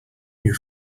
you